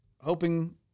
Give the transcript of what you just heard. hoping